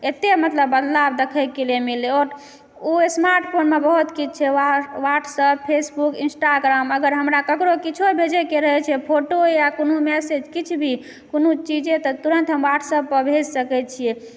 एतय मतलब बदलाव देखेके लिए मिललय ओ स्मार्टफोनमे बहुत किछु छै वाट्सअप फेसबुक इंस्टाग्राम अगर हमरा ककरो किछु भेजयके रहय छै फोटो या कोनो मैसेज किछु भी कोनो चीजे तऽ तुरत हम वाट्सअप पर भेज सकैत छियै